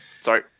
Sorry